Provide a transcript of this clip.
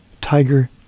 Tiger